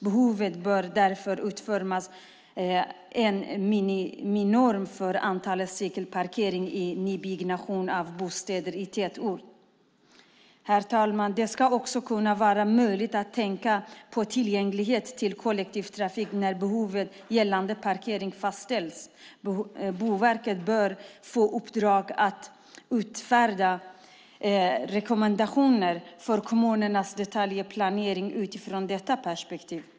Det bör därför utformas en miniminorm för antalet cykelparkeringar vid nybyggnation av bostäder i tätorter. Det ska också vara möjligt att tänka på tillgängligheten till kollektivtrafiken när behovet gällande parkering fastställs. Boverket bör få i uppdrag att utfärda rekommendationer för kommunernas detaljplanering utifrån detta perspektiv.